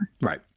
Right